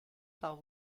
par